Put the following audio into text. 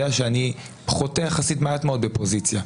שאני חוטא יחסית מעט מאוד בפוזיציה.